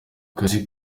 kazi